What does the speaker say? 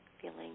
feeling